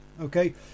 Okay